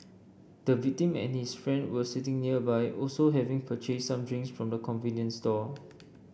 the victim and his friend were sitting nearby also having purchased some drinks from the convenience store